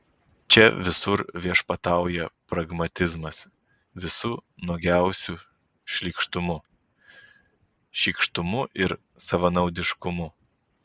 čia visur viešpatauja pragmatizmas visu nuogiausiu šlykštumu šykštumu ir savanaudiškumu